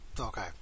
Okay